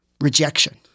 rejection